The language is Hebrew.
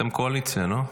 אתם קואליציה, לא?